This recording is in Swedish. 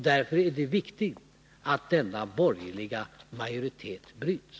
Därför är det viktigt att denna borgerliga majoritet bryts.